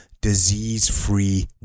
disease-free